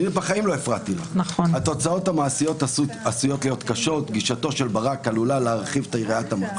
והדבר הבא שהם יעשו זה ימנו את מי שהם